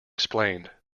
explained